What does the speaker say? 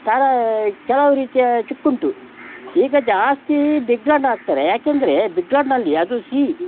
ತಾರಾ ಕೆಲವು ರೀತಿಯ ಚಿಕ್ಕುಂಟು ಈಗ ಜಾಸ್ತಿ ಬಿಗ್ ರಾಡ್ ಹಾಕ್ತಾರೆ ಏಕೆಂದ್ರೆ ಬಿಗ್ ರಾಡ್ನಲ್ಲಿ ಅದು ಸಿಹಿ